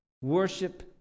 Worship